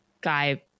guy